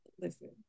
listen